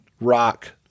rock